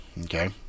Okay